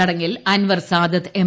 ചടങ്ങിൽ അൻവർ സാദത്ത് എം